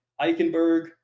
Eichenberg